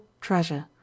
treasure